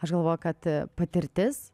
aš galvoju kad patirtis